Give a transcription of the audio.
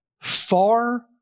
far